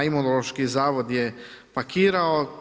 Imunološki zavod je pakirao.